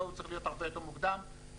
הוא צריך להיות הרבה יותר מוקדם מ-2030.